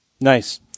Nice